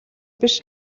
биш